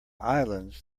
islands